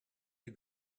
you